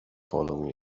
following